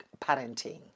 parenting